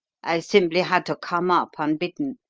i simply had to come up unbidden.